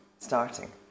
starting